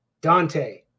Dante